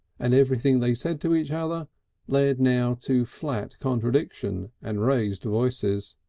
and everything they said to each other led now to flat contradiction and raised voices.